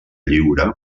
lliure